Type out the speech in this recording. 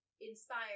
inspired